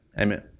Amen